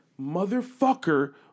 motherfucker